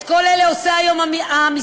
את כל אלה עושה היום המשרד,